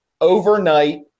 overnight